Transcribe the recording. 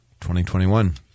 2021